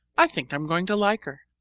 i think i'm going to like her.